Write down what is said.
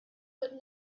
but